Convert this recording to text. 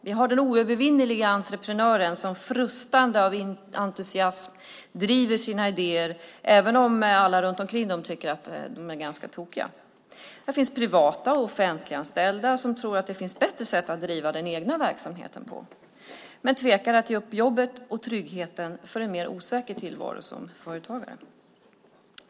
Vi har de oövervinnerliga entreprenörerna som frustande av entusiasm driver sina idéer även om alla runt omkring dem tycker att de är ganska tokiga. Det finns privat och offentliganställda som tror att det finns bättre sätt att driva den egna verksamheten, men tvekar att ge upp jobbet och tryggheten för en mer osäker tillvaro som företagare.